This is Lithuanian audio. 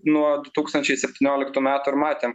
nuo du tūkstančiai septynioliktų metų ir matėm